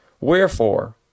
Wherefore